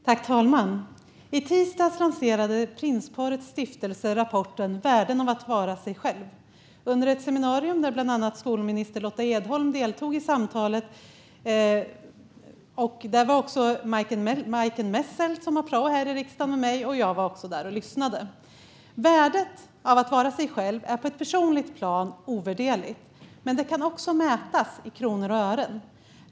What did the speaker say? Fru talman! I tisdags lanserade Prinsparets stiftelse rapporten Värdet av att vara sig själv under ett seminarium där bland annat skolminister Lotta Edholm deltog. Där var också Majken Messelt, prao här i riksdagen, och jag själv med och lyssnade. Värdet av att vara sig själv är på ett personligt plan ovärderligt, men det kan också mätas i kronor och ören.